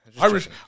Irish